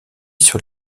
sur